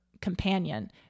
companion